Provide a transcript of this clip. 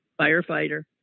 firefighter